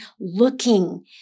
looking